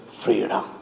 freedom